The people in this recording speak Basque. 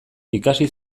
ikasi